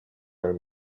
are